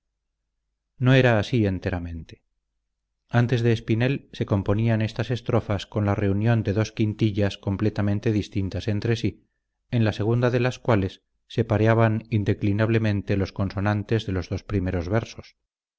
no era así enteramente antes de espinel se componían estas estrofas con la reunión de dos quintillas completamente distintas entre sí en la segunda de las cuales se pareaban indeclinablemente los consonantes de los dos primeros versos